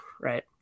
right